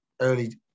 early